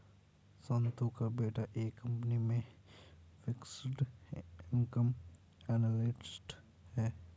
शांतनु का बेटा एक कंपनी में फिक्स्ड इनकम एनालिस्ट है